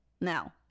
Now